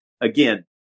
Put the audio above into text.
again